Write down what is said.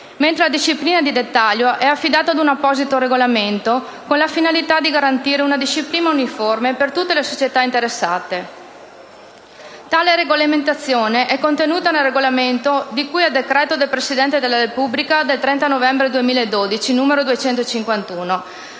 mentre la disciplina di dettaglio è affidata ad un apposito regolamento, con la finalità di garantire una disciplina uniforme per tutte le società interessate. Tale regolamento è quello adottato con decreto del Presidente della Repubblica 30 novembre 2012, n. 251;